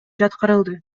жаткырылды